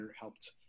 helped